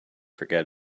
forget